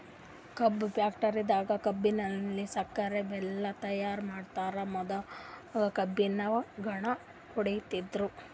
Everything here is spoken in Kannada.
ಕಬ್ಬ್ ಫ್ಯಾಕ್ಟರಿದಾಗ್ ಕಬ್ಬಲಿನ್ತ್ ಸಕ್ಕರಿ ಬೆಲ್ಲಾ ತೈಯಾರ್ ಮಾಡ್ತರ್ ಮೊದ್ಲ ಕಬ್ಬಿನ್ ಘಾಣ ಹೊಡಿತಿದ್ರು